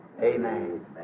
Amen